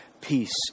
Peace